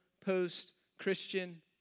post-Christian